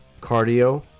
cardio